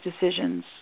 decisions